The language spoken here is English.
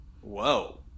whoa